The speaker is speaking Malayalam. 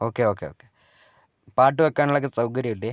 ഓക്കേ ഓക്കേ പാട്ട് വെക്കാൻ ഒക്കെ സൗകര്യമില്ലേ